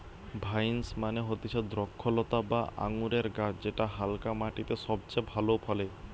vines মানে হতিছে দ্রক্ষলতা বা আঙুরের গাছ যেটা হালকা মাটিতে সবচে ভালো ফলে